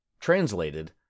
Translated